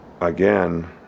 Again